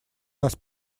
нас